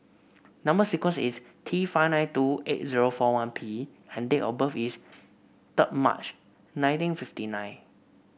number sequence is T five nine two eight zero four one P and date of birth is three May nineteen fifty nine